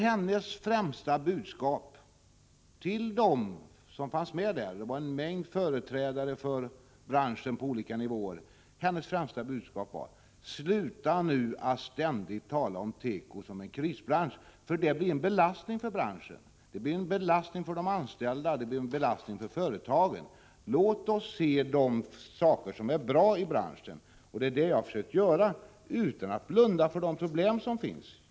Hennes främsta budskap till dem som var med där, som utgjordes av en mängd företrädare för branschen, var: Sluta nu med att ständigt tala om teko som en krisbransch, för det blir en belastning för branschen, för företagen och för de anställda, utan låt oss i stället se efter vad som är bra i branschen. Det är också det som jag har försökt att göra, utan att blunda för de problem som finns.